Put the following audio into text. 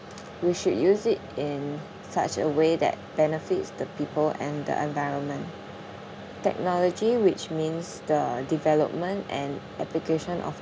we should use it in such a way that benefits the people and the environment technology which means the development and application of